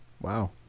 wow